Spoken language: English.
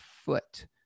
foot